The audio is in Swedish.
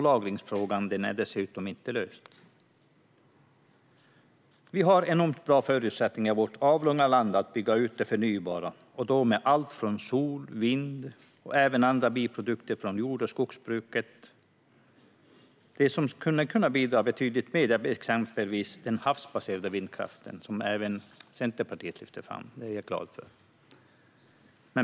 Lagringsfrågan är inte heller löst. Vi har i vårt avlånga land enormt bra förutsättningar att bygga ut det förnybara med allt från sol och vind till biprodukter från jord och skogsbruket. Något som skulle kunna bidra betydligt mer är exempelvis den havsbaserade vindkraften, som även Centerpartiet lyfte fram - det är jag glad för.